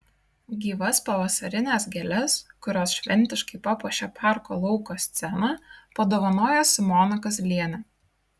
gyvas pavasarines gėles kurios šventiškai papuošė parko lauko sceną padovanojo simona kazlienė